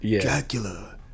Dracula